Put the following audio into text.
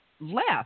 Left